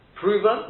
proven